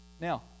now